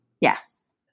Yes